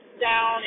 down